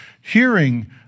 hearing